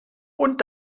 und